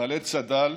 חיילי צד"ל,